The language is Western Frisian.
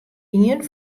ien